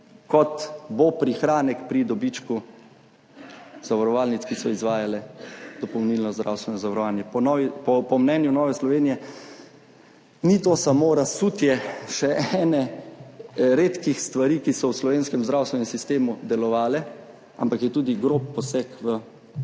kot bo prihranek pri dobičku zavarovalnic, ki so izvajale dopolnilno zdravstveno zavarovanje. Po mnenju Nove Slovenije ni to samo razsutje še ene redkih stvari, ki so v slovenskem zdravstvenem sistemu delovale, ampak je tudi grob poseg v